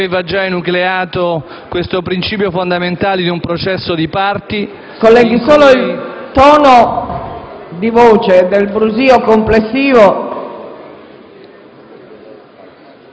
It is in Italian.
aveva già enucleato questo principio fondamentale di un processo di parti